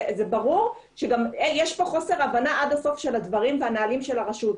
ברור שיש כאן חוסר הבנה עד הסוף של הדברים והנהלים של הרשות.